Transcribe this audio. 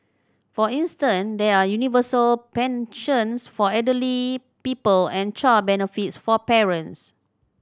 for instance there are universal pensions for elderly people and child benefits for parents